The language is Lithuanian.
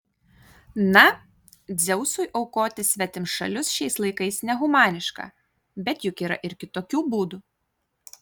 na dzeusui aukoti svetimšalius šiais laikais nehumaniška bet juk yra ir kitokių būdų